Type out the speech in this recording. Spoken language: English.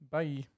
Bye